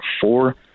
four